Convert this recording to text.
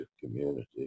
community